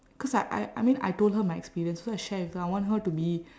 cause I I I mean I told her my experience so I share with her I want her to be